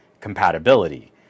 compatibility